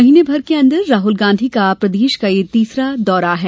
महीने भर के अंदर राहुल गांधी का प्रदेश का यह तीसरा दौरा है